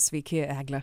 sveiki egle